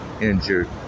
injured